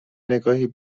نگاهی